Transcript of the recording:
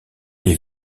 les